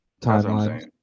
Timeline